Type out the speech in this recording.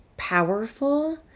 powerful